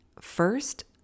first